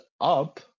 up